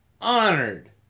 honored